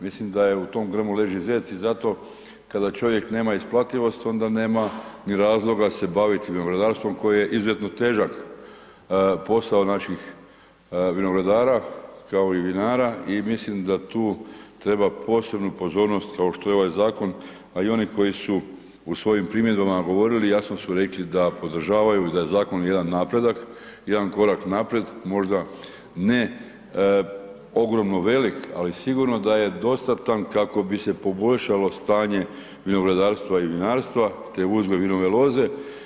Mislim da je u tom grmu leži zec i zato kada čovjek nema isplativost onda nema ni razloga se baviti vinogradarstvom koje je izuzetno težak posao naših vinogradara, kao i vinara i mislim da tu treba posebnu pozornost kao što je ovaj zakon, a i oni koji su u svojim primjedbama govorili jasno su rekli da podržavaju i da je zakon jedan napredak, jedan korak naprijed, možda ne ogromno velik, ali sigurno da je dostatan kako bi se poboljšalo stanje vinogradarstva i vinarstva te uzgoj vinove loze.